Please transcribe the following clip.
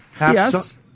Yes